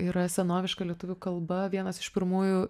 yra senoviška lietuvių kalba vienas iš pirmųjų